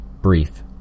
brief